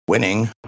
Winning